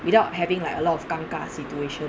without having like a lot of 尴尬 situation